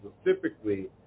specifically